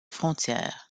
frontière